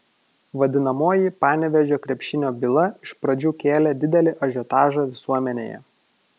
vadinamoji panevėžio krepšinio byla iš pradžių kėlė didelį ažiotažą visuomenėje